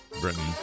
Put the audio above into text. Britain